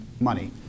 money